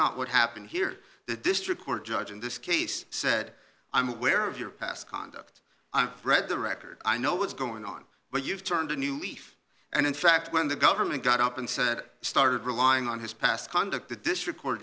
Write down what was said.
not what happened here the district court judge in this case said i'm aware of your past conduct read the record i know what's going on but you've turned a new leaf and in fact when the government got up and said started relying on his past conduct the district court